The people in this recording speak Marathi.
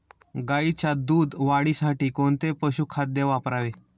गाईच्या दूध वाढीसाठी कोणते पशुखाद्य वापरावे?